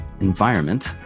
environment